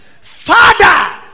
Father